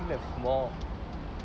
still have more